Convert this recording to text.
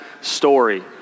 story